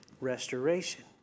restoration